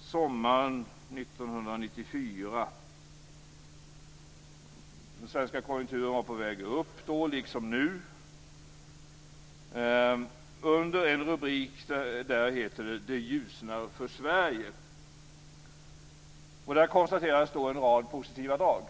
sommaren 1994. Den svenska konjunkturen var på väg upp då, liksom nu. Under en rubrik där heter det: "Det ljusnar för Sverige." Där konstateras en rad positiva drag.